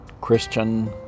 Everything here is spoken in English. Christian